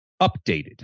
updated